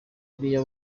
bariya